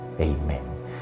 Amen